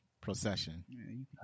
procession